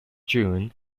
june